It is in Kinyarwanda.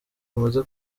bamaze